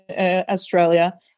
Australia